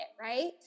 Right